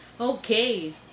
Okay